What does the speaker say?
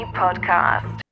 podcast